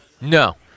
No